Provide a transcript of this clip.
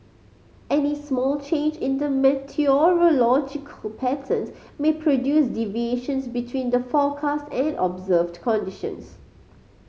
any small change in the meteorological patterns may produce deviations between the forecast and observed conditions